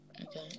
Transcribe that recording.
Okay